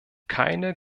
keine